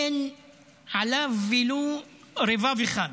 אין עליו ולו רבב אחד.